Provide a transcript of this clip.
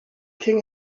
king